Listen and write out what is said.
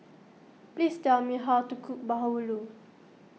please tell me how to cook Bahulu